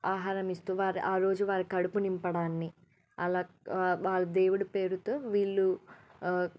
ఆహారం ఇస్తూ వారి ఆరోజు వారి కడుపు నింపడాన్ని అలా వాళ్ళు దేవుడి పేరుతో వీళ్ళు